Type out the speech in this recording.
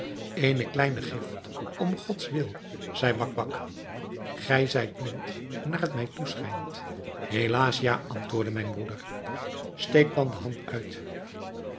eene kleine gift om gods wil zeide bakbac gij zijt blind naar het mij toeschijnt helaas ja antwoordde mijn broeder steek dan de hand uit